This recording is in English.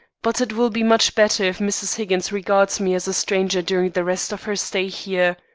but it will be much better if mrs. higgins regards me as a stranger during the rest of her stay here.